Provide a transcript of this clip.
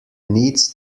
needs